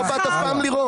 לא באת אף פעם לראות,